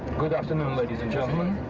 good afternoon, ladies and gentlemen.